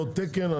לא תקן,